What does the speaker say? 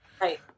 Right